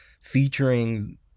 featuring